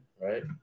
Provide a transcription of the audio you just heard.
right